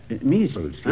Measles